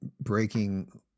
breaking